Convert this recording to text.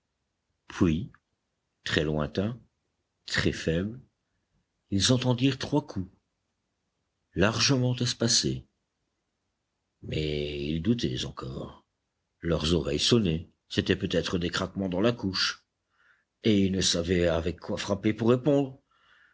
très lointains très faibles ils entendirent trois coups largement espacés mais ils doutaient encore leurs oreilles sonnaient c'étaient peut-être des craquements dans la couche et ils ne savaient avec quoi frapper pour répondre